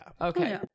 Okay